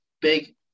big